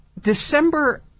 December